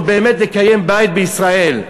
או באמת לקיים בית בישראל.